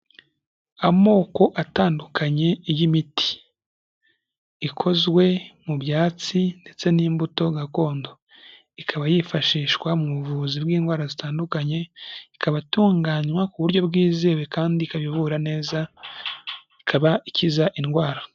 Amoko atandukanye y'imiti. Ikozwe mu byatsi ndetse n'imbuto gakondo. Ikaba yifashishwa mu buvuzi bw'indwara zitandukanye, ikaba itunganywa ku buryo bwizewe kandi ikavura neza, ikaba ikiza indwara.